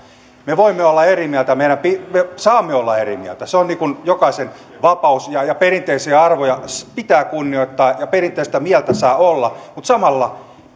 me voimme olla eri mieltä me saamme olla eri mieltä se on jokaisen vapaus perinteisiä arvoja pitää kunnioittaa ja perinteistä mieltä saa olla mutta samalla